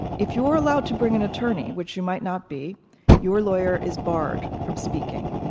if you're allowed to bring an attorney, which you might not be your lawyer is barred from speaking.